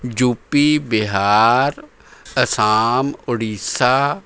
UP Bihar Assam Orissa